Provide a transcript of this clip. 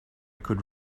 could